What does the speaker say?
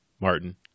Martin